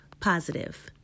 positive